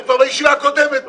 אתה כבר בישיבה הקודמת